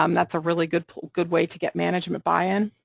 um that's a really good good way to get management buy-in,